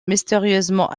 mystérieusement